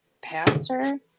pastor